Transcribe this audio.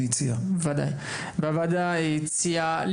והוועדה הציעה לבדוק את ההצעה הזאת,